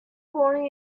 born